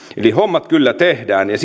eli hommat kyllä tehdään ja